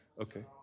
Okay